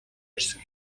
ирсэн